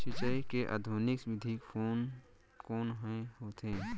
सिंचाई के आधुनिक विधि कोन कोन ह होथे?